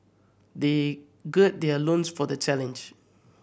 they gird their loins for the challenge